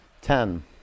ten